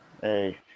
Hey